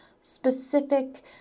specific